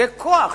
זה כוח.